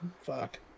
Fuck